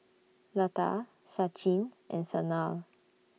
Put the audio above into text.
Lata Sachin and Sanal